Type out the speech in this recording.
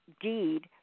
deed